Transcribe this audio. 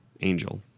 Angel